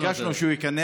ביקשנו שהוא ייכנס.